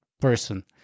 person